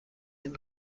این